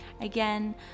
Again